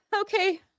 okay